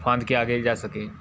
फांद कर आगे जा सकें